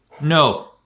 no